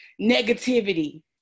negativity